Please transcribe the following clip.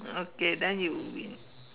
okay then you win